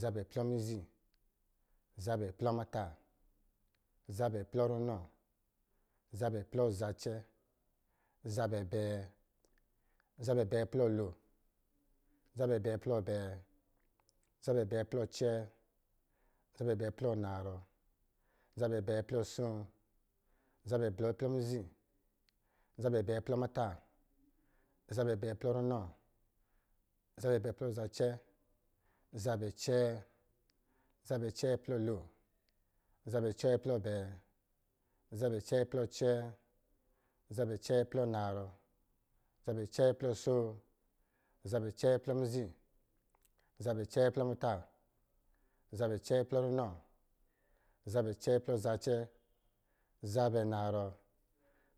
zabɛ plɔ mizi, zabɛ plɔ muta, zabɛ plɔ runɔ, zabɛ plɔ zacɛ, zabɛ abɛɛ, zabɛ plɔ lo, zabɛ bɛɛ plɔ abɛɛ, zabɛ bɛɛ plɔ cɛɛ, zabɛ bɛɛ plɔ narɔ, zabɛ bɛɛ plɔ asoo, zabɛ bɛɛ plɔ mizi, zabɛ bɛɛ plɔ muta, zabɛ bɛɛ plɔ runɔ, zabɛ bɛɛ plɔ zacɛ, zabɛ acɛɛ, zabɛ cɛɛ plɔ lo, zabɛ cɛɛ plɔ abɛ, zabɛ cɛɛ plɔ acɛɛ, zabɛ cɛɛ plɔ anarɔ, zabɛ cɛɛ plɔ asoo, zabɛ cɛɛ plɔ mizi, zabɛ cɛɛ plɔ muta, zabɛ cɛɛ plɔ runɔ, zabɛ cɛɛ plɔ zacɛ, zabɛ narɔ.